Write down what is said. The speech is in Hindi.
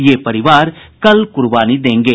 ये परिवार कल कुर्बानी देंगे